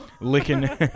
Licking